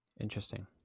Interesting